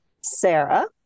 Sarah